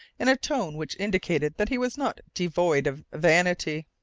in a tone which indicated that he was not devoid of vanity.